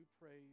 praise